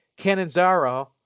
Cananzaro